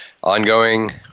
Ongoing